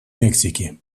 мексики